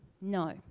No